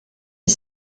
est